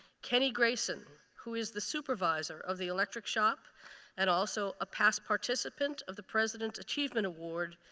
kenny grayson who is the supervisor of the electric shop and also a past participant of the president's achievement award,